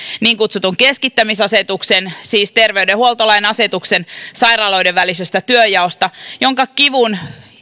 niin kutsutun keskittämisasetuksen siis terveydenhuoltolain asetuksen sairaaloiden välisestä työnjaosta siihen liittyvän kivun